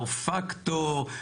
R פקטור.